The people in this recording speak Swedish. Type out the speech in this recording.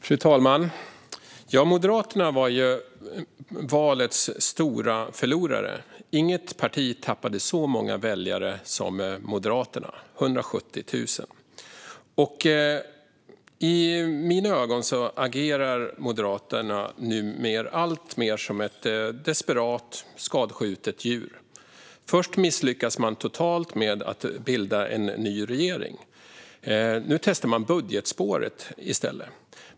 Fru talman! Moderaterna var valets stora förlorare. Inget parti tappade så många väljare - 170 000 - som Moderaterna. I mina ögon agerar Moderaterna nu alltmer som ett desperat, skadskjutet djur. Först misslyckas man totalt med att bilda en ny regering. Sedan testar man budgetspåret i stället.